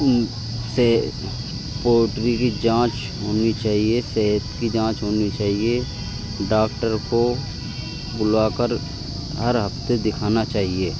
ان سے پوولٹری کی جانچ ہونی چاہیے صحت کی جانچ ہونی چاہیے ڈاکٹر کو بلا کر ہر ہفتے دکھانا چاہیے